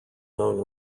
known